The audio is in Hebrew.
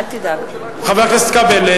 חבר הכנסת כבל,